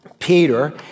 Peter